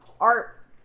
art